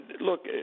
look